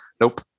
Nope